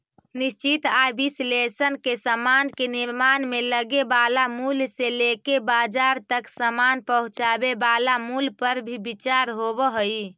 निश्चित आय विश्लेषण में समान के निर्माण में लगे वाला मूल्य से लेके बाजार तक समान पहुंचावे वाला मूल्य पर भी विचार होवऽ हई